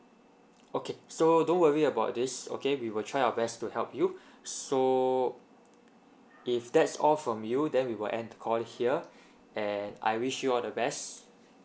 okay so don't worry about this okay we will try our best to help you so if that's all from you then we will end the call here and I wish you all the best